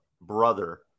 brother